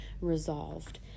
resolved